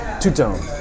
Two-Tone